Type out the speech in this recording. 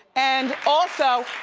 and also,